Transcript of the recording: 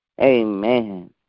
Amen